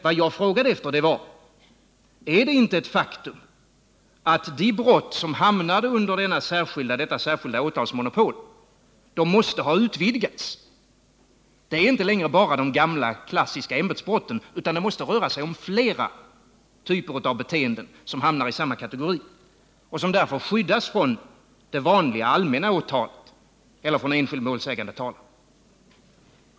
Vad jag frågade var: Är det inte ett faktum att det brottsområde som hör under detta särskilda åtalsmonopol måste ha utvidgats? Det är inte längre bara de gamla, klassiska ämbetsbrotten, utan det måste röra sig om flera typer av beteenden som hamnar i samma kategori och som därför skyddas för det vanliga allmänna åtalet eller enskild målsägandetalan.